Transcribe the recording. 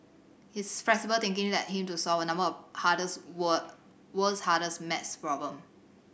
his flexible thinking led him to solve a number of hardest were world's hardest maths problem